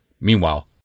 Meanwhile